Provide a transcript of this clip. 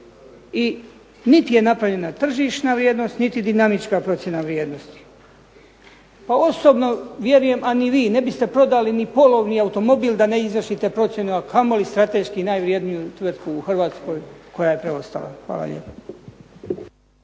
I niti je napravljena tržišna vrijednost niti dinamička procjena vrijednosti. Pa osobno vjerujem, a ni vi ne biste prodali ni polovni automobil da ne izvršite procjenu, a kamoli strateški najvredniju tvrtku u Hrvatskoj koja je preostala. Hvala lijepo.